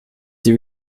die